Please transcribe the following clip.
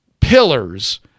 pillars